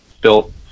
built